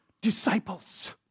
disciples